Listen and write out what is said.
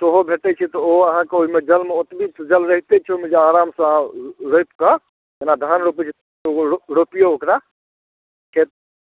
सेहो भेटै छै तऽ ओहो अहाँके ओहिमे जलमे ओतबी जल रहिते छै ओहिमे जाउ आरामसँ रोपि कऽ जेना धान रोपै छै ओ ओ रो रोपियौ ओकरा के